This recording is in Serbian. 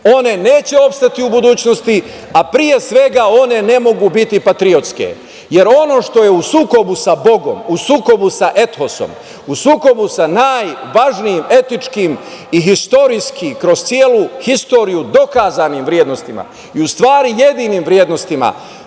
one neće opstati u budućnosti, a pre svega one ne mogu biti patriotske, jer ono što je u sukobu sa Bogom, u sukobu sa Etosom, u sukobu sa najvažnijim etičkim i historijski kroz celu historiju dokazanim vrednostima, u stvari jedinim vrednostima,